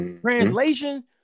Translation